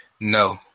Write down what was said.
No